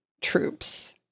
troops